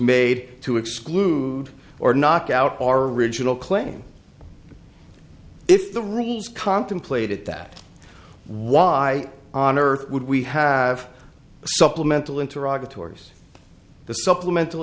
made to exclude or knock out our regional claim if the rules contemplated that why on earth would we have supplemental interactive tours the supplemental